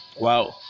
wow